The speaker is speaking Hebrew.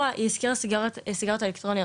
הזכירה סיגריות אלקטרוניות,